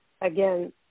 Again